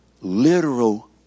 literal